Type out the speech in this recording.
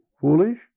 foolish